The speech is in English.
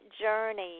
journey